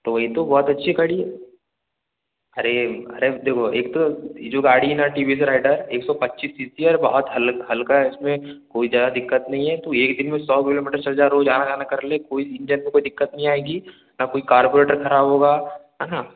तो वही तो बहुत अच्छी गाड़ी है अरे अरे देखो एक तो ये जो गाड़ी है ना टी वी एस राइडर एक सौ पच्चीस सी सी है बहुत हल्का है इसमें कोई ज़्यादा दिक्कत नहीं है तू एक दिन में सौ किलोमीटर चल जाएगा रोज आना जाना कर ले कोई इंजन में कोई दिक्कत नहीं आएगी ना कोई कार्बोरेटर खराब होगा है ना